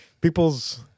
people's